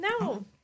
No